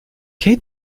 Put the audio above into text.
qué